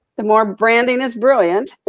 the more branding is brilliant.